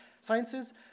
Sciences